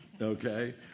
Okay